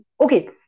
Okay